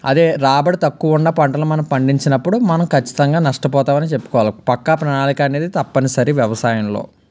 అదే రాబడి తక్కువ ఉన్న పంటని మనం పండించినప్పుడు మనం ఖచ్చితంగా నష్టపోతామని చెప్పుకోవాలి పక్క ప్రణాళిక అనేది తప్పనిసరి వ్యవసాయంలో